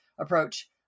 approach